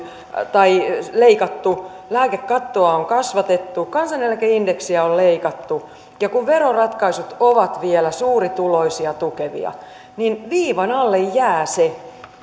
leikattu lääkekattoa on kasvatettu kansaneläkeindeksiä on leikattu ja kun veroratkaisut ovat vielä suurituloisia tukevia niin viivan alle jää se